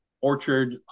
orchard